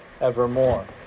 evermore